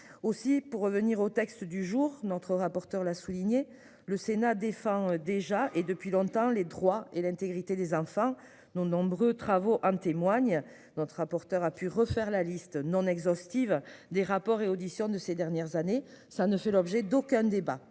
aussi pour revenir au texte du jour notre rapporteur l'a souligné le Sénat défend déjà et depuis longtemps les droits et l'intégrité des enfants nos nombreux travaux en témoigne notre rapporteur a pu refaire la liste non exhaustive des rapports et auditions de ces dernières années, ça ne fait l'objet d'aucun débat.